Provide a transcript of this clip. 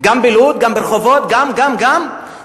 גם בלוד, גם ברחובות, גם, גם, גם?